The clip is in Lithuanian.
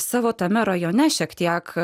savo tame rajone šiek tiek